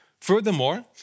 Furthermore